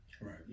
Right